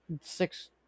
six